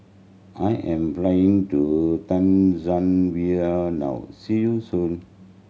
I am flying to Tanzania now see you soon